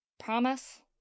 Promise